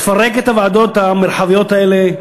תפרק את הוועדות המרחביות האלה,